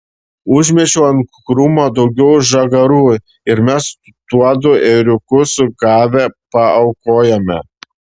užmečiau ant krūmo daugiau žagarų ir mes tuodu ėriuku sugavę paaukojome